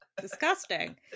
Disgusting